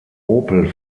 opel